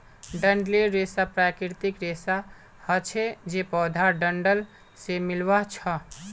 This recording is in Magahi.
डंठलेर रेशा प्राकृतिक रेशा हछे जे पौधार डंठल से मिल्आ छअ